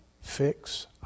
fix